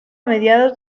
mediados